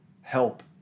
help